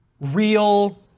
real